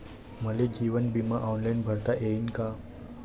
मले जीवन बिमा ऑनलाईन भरता येईन का?